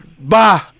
bye